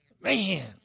Man